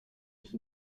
ich